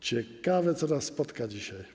Ciekawe, co nas spotka dzisiaj.